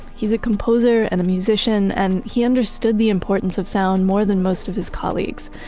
he's a composer and a musician, and he understood the importance of sound more than most of his colleagues.